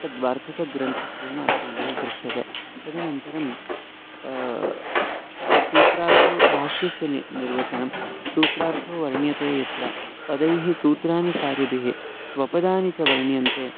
तद् वार्तिकग्रन्थत्वेन अस्माभिः गृह्यते तदनन्तरं सूत्रार्थो भाष्यस्य नि निर्वचनं सूत्रार्थो वर्ण्यते यत्र पदैः सूत्रानुसारिभिः स्वपदानि च वर्ण्यन्ते